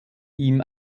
ihm